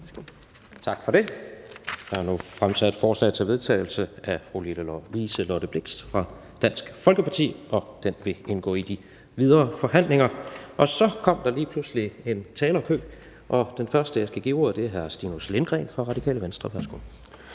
Tak for det. Der er nu fremsat et forslag til vedtagelse af fru Liselott Blixt, Dansk Folkeparti, og det vil indgå i de videre forhandlinger. Så kom der lige pludselig en talerkø, og den første, jeg skal give ordet, er hr. Stinus Lindgreen fra Radikale Venstre. Værsgo.